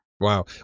Wow